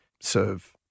serve